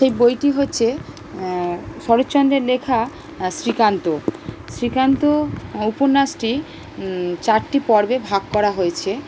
সেই বইটি হচ্চে শরৎচন্দ্রের লেখা শ্রীকান্ত শ্রীকান্ত উপন্যাসটি চারটি পর্বে ভাগ করা হয়েছে